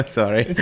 sorry